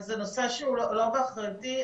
זה נושא שהוא לא באחריותי,